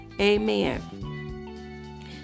amen